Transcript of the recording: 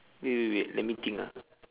wait wait wait let me think ah